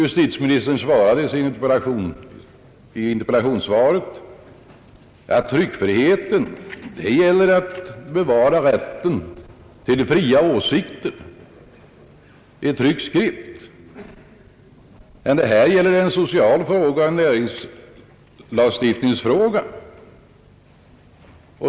Justitieministern svarade, att tryckfriheten gäller rätten till fria åsikter i tryckt skrift, men att här gäller det en social och näringspolitisk fråga.